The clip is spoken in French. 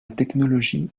technologie